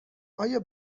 آیا